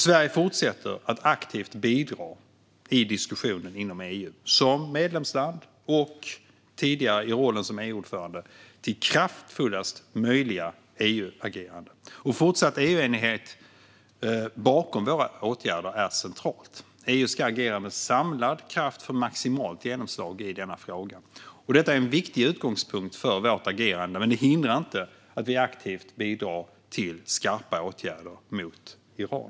Sverige fortsätter att aktivt bidra i diskussionen inom EU som medlemsland och tidigare i rollen som EU-ordförande till kraftfullast möjliga EU-agerande. Fortsatt EU-enighet bakom våra åtgärder är centralt. EU ska agera med samlad kraft för maximalt genomslag i denna fråga. Detta är en viktig utgångspunkt för vårt agerande, men det hindrar inte att vi aktivt bidrar till skarpa åtgärder mot Iran.